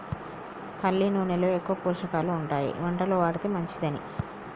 పల్లి నూనెలో ఎక్కువ పోషకాలు ఉంటాయి వంటలో వాడితే మంచిదని